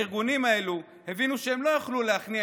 הארגונים האלו הבינו שהם לא יוכלו להכניע